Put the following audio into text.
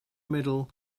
middle